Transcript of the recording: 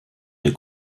der